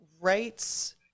rights